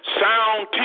sound